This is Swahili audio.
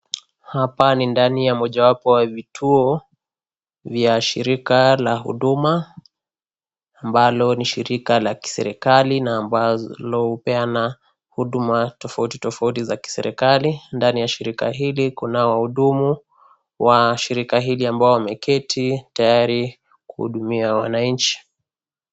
Hapa ni ndani ya mojawapo ya vituo vya shirika la Huduma ambalo ni shirika la kiserikali na ambalo llinaloleana huduma tofauti tofauti za kiserikali, ndani ya shirikaa hili kuna wahudumu wa shirika hili ambao wameketi tayari kuhudumia wananchi.